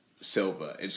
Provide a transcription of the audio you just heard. silver